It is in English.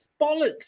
Bollocks